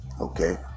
Okay